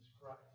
Christ